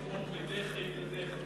מדחי לדחי.